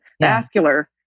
vascular